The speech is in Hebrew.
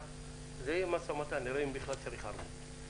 יהיה משא ומתן ונראה אם בכלל צריך ערבות.